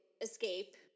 escape